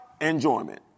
enjoyment